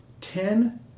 Ten